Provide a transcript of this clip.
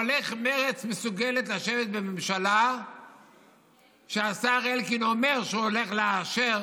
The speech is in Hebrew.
אבל איך מרצ מסוגלת לשבת בממשלה כשהשר אלקין אומר שהוא הולך לאשר